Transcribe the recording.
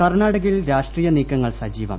കർണ്ണാടകയിൽ രാഷ്ട്രീയ നീക്കങ്ങൾ സജീവം